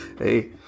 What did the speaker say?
Hey